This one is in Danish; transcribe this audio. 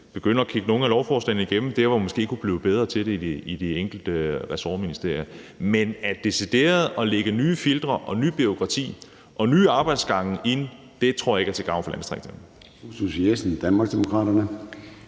begynde at kigge nogle af lovforslagene igennem der, hvor man måske kunne blive bedre til det i de enkelte ressortministerier. Men decideret at lægge nye filtre og nyt bureaukrati og nye arbejdsgange ind tror jeg ikke er til gavn for landdistrikterne.